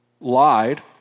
lied